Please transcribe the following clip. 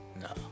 No